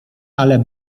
ale